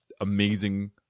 amazing